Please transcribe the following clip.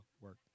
work